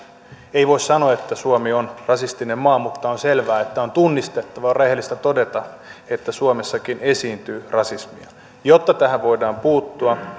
ei voi sanoa että suomi on rasistinen maa mutta on selvää että on tunnistettava ja on rehellistä todeta että suomessakin esiintyy rasismia jotta tähän voidaan puuttua